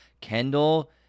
Kendall